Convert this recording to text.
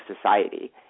society